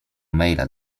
maila